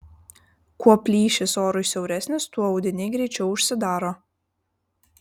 kuo plyšys orui siauresnis tuo audiniai greičiau užsidaro